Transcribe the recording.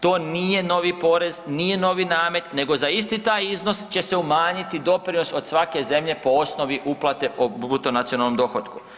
To nije novi porez, nije novi namet, nego za isti taj iznos će se umanjiti doprinos od svake zemlje po osnovi uplate po bruto nacionalnom dohotku.